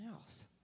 else